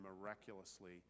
miraculously